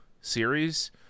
series